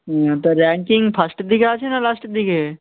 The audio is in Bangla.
হুঁ তো র্যাঙ্কিং ফাস্টের দিকে আছে না লাস্টের দিকে